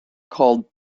called